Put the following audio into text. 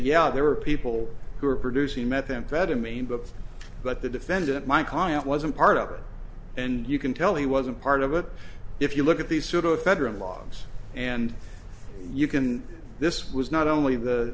yeah there were people who were producing methamphetamine but but the defendant my client wasn't part of it and you can tell he wasn't part of it if you look at the pseudoephedrine logs and you can this was not only